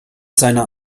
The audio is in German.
seiner